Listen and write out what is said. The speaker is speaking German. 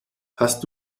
hast